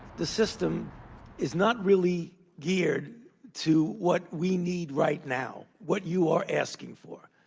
the system is not really geared to what we need right now, what you are asking for.